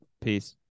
Peace